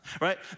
Right